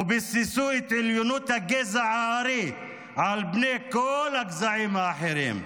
וביססו את עליונות הגזע הארי על פני כל הגזעים האחרים.